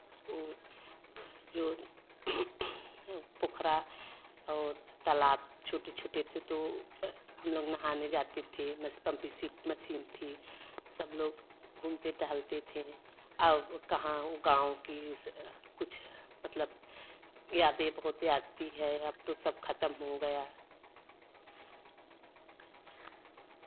जो पोखरा और तालाब छोटे छोटे तो हम लोग नहाने जाते थे मशीन थी सब लोग घूमते टहलते थे अब कहाँ गाँव कि कुछ मतलब यादें बहुत आती हैं अब तो सब खत्म हो गया है